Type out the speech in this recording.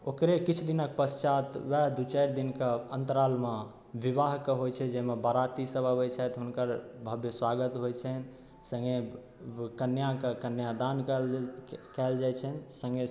ओकरे किछु दिनक पश्चात वएह दू चारि दिनका अंतराल मे विवाह होइ छै जाहिमे बराती सब अबै छथि हुनकर भव्य स्वागत होइ छनि संगे कन्या के कन्यादान कयल जाइ छनि संगे